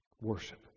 Worship